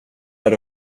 där